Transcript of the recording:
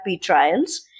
trials